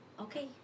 Okay